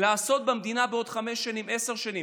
לעשות במדינה בעוד חמש שנים, עשר שנים.